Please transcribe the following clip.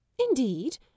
Indeed